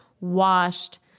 washed